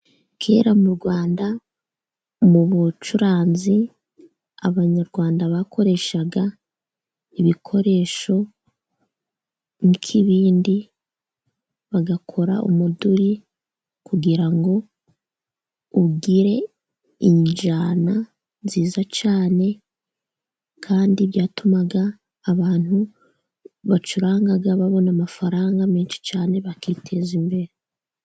Kera mu Rwanda mu bucuranzi, abanyarwanda bakoreshaga ibikoresho nki kibindi, bagakora umuduri kugira ngo ugire injyana nziza cyane, kandi byatumaga abantu bacurangaga babona amafaranga menshi cyane bakiteza imbere.